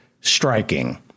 striking